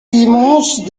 dimanches